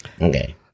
Okay